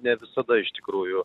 ne visada iš tikrųjų